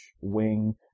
wing